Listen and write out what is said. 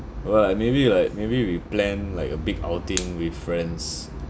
what maybe like maybe we plan like a big outing with friends